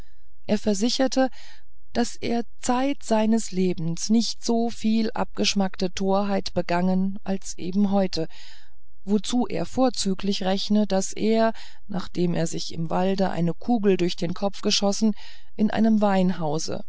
er versicherte daß er zeit seines lebens nicht so viel abgeschmackte torheiten begangen als eben heute wozu er vorzüglich rechne daß er nachdem er sich im walde eine kugel durch den kopf geschossen in einem weinhause